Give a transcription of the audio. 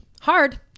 Hard